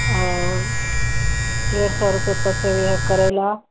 और डेढ़ सौ रुपये पसेरी है करैला